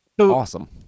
awesome